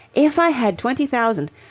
if i had twenty thousand,